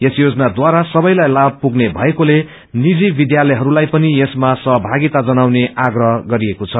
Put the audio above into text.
यस योजनाद्वारा सबैलाई लाभ पुग्ने भएकोले निजी विद्यालयहरूलाई पनि यसमा सहभागिता जनाउने आग्रह गरिएको छ